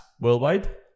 worldwide